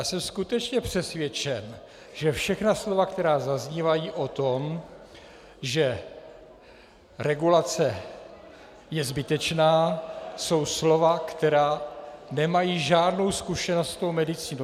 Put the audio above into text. Jsem skutečně přesvědčen, že všechna slova, která zaznívají o tom, že regulace je zbytečná, jsou slova, která nemají žádnou zkušenost s medicínou.